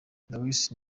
luwize